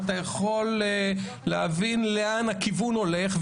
אתה יכול להבין לאן הכיוון הולך.